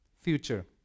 future